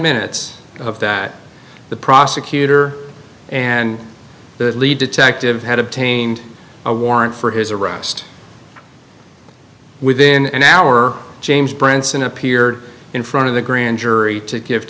minutes of that the prosecutor and the lead detective had obtained a warrant for his arrest within an hour james branson appeared in front of the grand jury to give